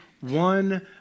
one